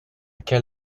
quel